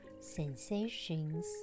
sensations